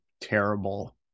terrible